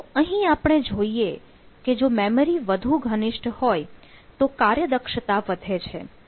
તો અહીં આપણે જોઈએ કે જો મેમરી વધુ ઘનિષ્ઠ હોય તો કાર્યદક્ષતા વધે છે